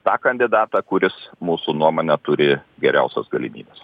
tą kandidatą kuris mūsų nuomone turi geriausias galimybes